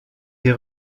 des